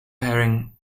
pairing